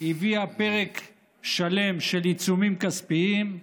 הביאה פרק שלם של עיצומים כספיים,